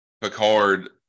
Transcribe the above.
Picard